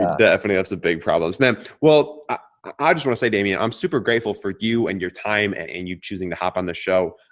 definitely have some big problems, man. well, i just wanna say damien. i'm super grateful for you and your time. and and you choosing to hop on the show.